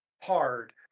hard